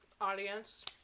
audience